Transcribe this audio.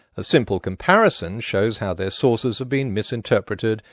a simple comparison shows how their sources have been misinterpreted,